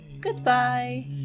goodbye